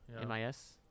M-I-S